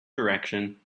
direction